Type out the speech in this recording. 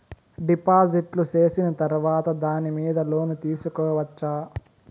డిపాజిట్లు సేసిన తర్వాత దాని మీద లోను తీసుకోవచ్చా?